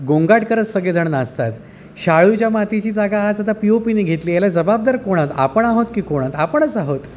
गोंगाट करत सगळेजणं नाचतात शाडूच्या मातीची जागा आज आता पि यो पिने घेतली याला जबाबदार कोण आहेत आपण आहोत की कोण आहेत आपणच आहोत